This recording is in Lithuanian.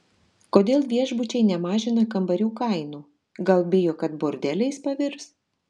kodėl viešbučiai nemažina kambarių kainų gal bijo kad bordeliais pavirs